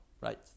right